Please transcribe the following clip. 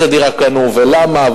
איזה דירה קנו ולמה,